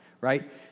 right